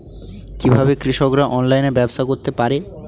কিভাবে কৃষকরা অনলাইনে ব্যবসা করতে পারে?